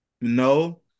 No